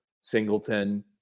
singleton